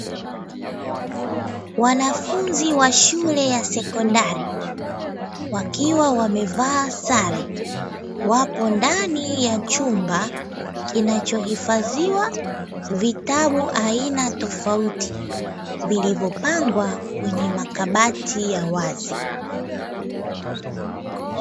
Wanafunzi wa shule ya sekondari wakiwa wamevaa sare, wapo ndani ya chumba kinachohifadhiwa vitabu aina tofauti vilivyopangwa kwenye makabati ya wazi.